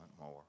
more